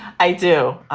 i do.